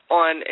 on